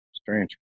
strange